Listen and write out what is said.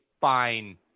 fine